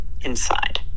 inside